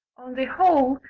on the whole,